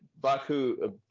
baku